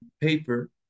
paper